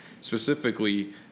specifically